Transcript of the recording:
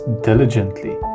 diligently